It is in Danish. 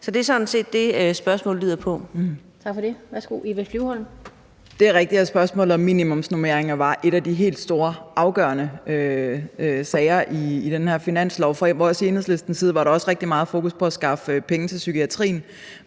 Lind): Tak for det. Værsgo, Eva Flyvholm. Kl. 18:57 Eva Flyvholm (EL): Det er rigtigt, at spørgsmålet om minimumsnormeringer var en af de helt store afgørende sager i den her finanslov. Fra Enhedslistens side var der også rigtig meget fokus på at skaffe penge til psykiatrien,